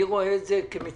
אני רואה את זה כמציאות